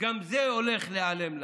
גם זה הולך להיעלם להם.